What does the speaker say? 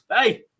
Hey